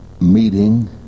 meeting